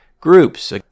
groups